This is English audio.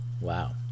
Wow